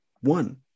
one